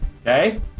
Okay